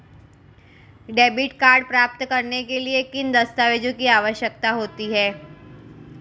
Debit card प्राप्त करने के लिए किन दस्तावेज़ों की आवश्यकता होती है?